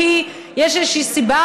כי יש איזושהי סיבה,